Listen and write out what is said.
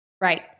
Right